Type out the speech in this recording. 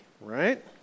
right